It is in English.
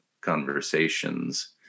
conversations